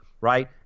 right